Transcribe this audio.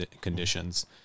conditions